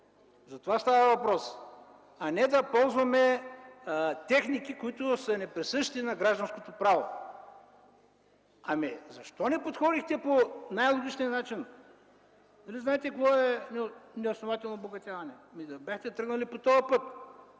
за това става въпрос, а не да ползваме техники, които са неприсъщи на гражданското право. Защо не подходихте по най-логичния начин? Нали знаете какво е неоснователно обогатяване? Да бяхте тръгнали по този път,